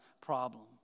problem